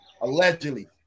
Allegedly